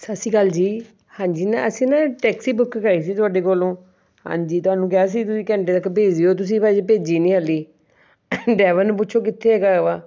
ਸਤਿ ਸ਼੍ਰੀ ਅਕਾਲ ਜੀ ਹਾਂਜੀ ਨਾ ਅਸੀਂ ਨਾ ਟੈਕਸੀ ਬੁੱਕ ਕਰਾਈ ਸੀ ਤੁਹਾਡੇ ਕੋਲੋਂ ਹਾਂਜੀ ਤੁਹਾਨੂੰ ਕਿਹਾ ਸੀ ਤੁਸੀਂ ਘੰਟੇ ਤੱਕ ਭੇਜ ਦਿਓ ਤੁਸੀਂ ਭਾਅ ਜੀ ਭੇਜੀ ਨਹੀਂ ਹਲੀ ਡਰਾਇਵਰ ਨੂੰ ਪੁੱਛੋ ਕਿੱਥੇ ਹੈਗਾ ਆ ਵਾ